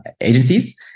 agencies